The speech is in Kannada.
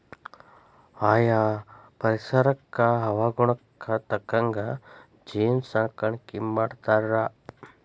ಆಯಾ ಪರಿಸರಕ್ಕ ಹವಾಗುಣಕ್ಕ ತಕ್ಕಂಗ ಜೇನ ಸಾಕಾಣಿಕಿ ಮಾಡ್ತಾರ